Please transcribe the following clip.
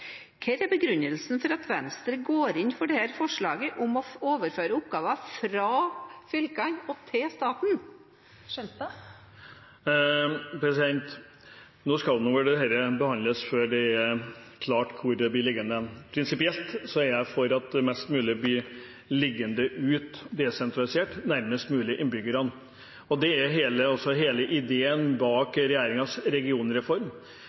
Hva er begrunnelsen for at Venstre går inn for dette forslaget om å overføre oppgaver fra fylkene og til staten? Nå skal nå dette behandles før det er klart hvor det blir liggende. Prinsipielt er jeg for at mest mulig blir liggende ute, desentralisert, nærmest mulig innbyggerne, og det er også hele ideen bak regjeringens regionreform.